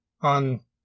on